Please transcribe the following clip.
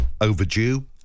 overdue